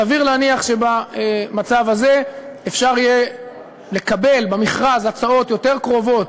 סביר להניח שבמצב הזה אפשר יהיה לקבל במכרז הצעות יותר קרובות,